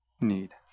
need